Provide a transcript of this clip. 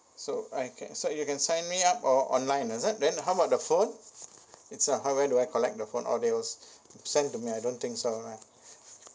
so I can so you can sign me up or online is it then how about the phone it's uh how where do I collect the phone or there was sent to me I don't think so right